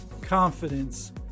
confidence